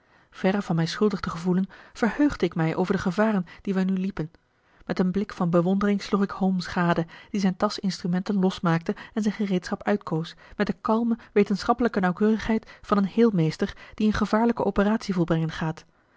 verre van mij schuldig te gevoelen verheugde ik mij over de gevaren die wij nu liepen met een blik van bewondering sloeg ik holmes gade die zijn tasch instrumenten losmaakte en zijn gereedschap uitkoos met de kalme wetenschappelijke nauwkeurigheid van een heelmeester die een gevaarlijke operatie volbrengen gaat